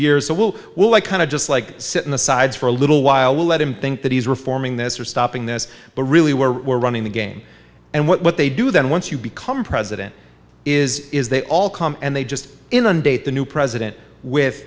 years so we'll we'll i kind of just like sit in the sides for a little while we'll let him think that he's reforming this or stopping this but really were running the game and what they do then once you become president is is they all come and they just inundate the new president with